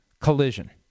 collision